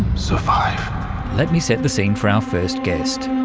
so let me set the scene for our first guest.